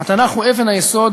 התנ"ך הוא אבן היסוד